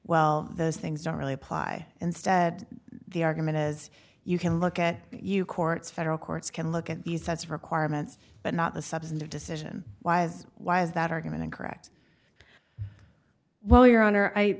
well those things don't really apply instead the argument as you can look at you courts federal courts can look at these sets of requirements but not the substantive decision why is why is that argument incorrect well your honor i